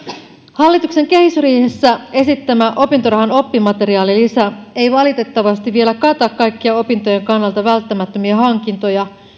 hallituksen kehysriihessä esittämä opintorahan oppimateriaalilisä ei valitettavasti vielä kata kaikkia opintojen kannalta välttämättömiä hankintoja